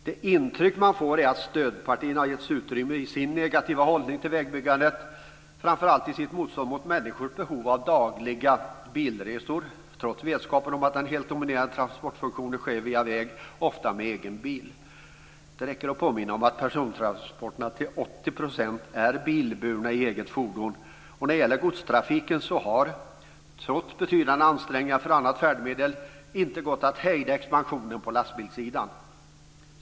Det intryck man får är att stödpartierna har getts utrymme i sin negativa hållning till vägbyggandet, framför allt i sitt motstånd mot människors behov av dagliga bilresor, trots vetskapen att den helt dominerande transportfunktionen sker via väg och oftast med egen bil. Det räcker att påminna om att persontransporterna till 80 % sker med egen bil, och när det gäller godstrafiken har - trots betydande ansträngningar att förespråka annat färdmedel - det inte gått att hejda expansionen på lastbilssidan.